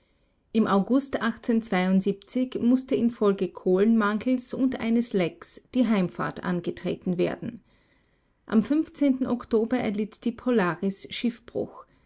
im august mußte infolge kohlenmangels und eines lecks die heimfahrt angetreten werden am oktober erlitt die polaris schiffbruch